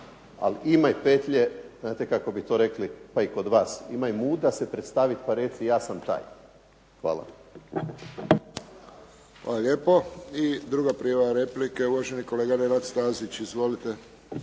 ali imaj petlje, znate kako bi to rekli pa i kod vas, imaj muda se predstavit pa reci ja sam taj. Hvala. **Friščić, Josip (HSS)** Hvala lijepo. I druga prijava replike, uvaženi kolega Nenad Stazić. Izvolite.